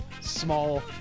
small